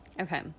Okay